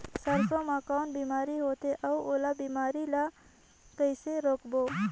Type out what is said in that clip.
सरसो मा कौन बीमारी होथे अउ ओला बीमारी ला कइसे रोकबो?